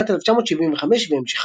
משנת 1975 והמשכיו,